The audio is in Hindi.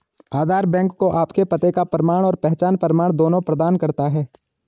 आधार बैंक को आपके पते का प्रमाण और पहचान प्रमाण दोनों प्रदान करता है